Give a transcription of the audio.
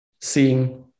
seeing